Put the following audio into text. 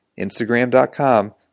instagram.com